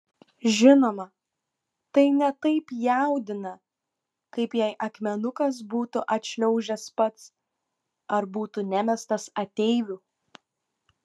žinoma tai ne taip jaudina kaip jei akmenukas būtų atšliaužęs pats ar būtų nemestas ateivių